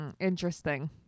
interesting